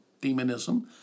demonism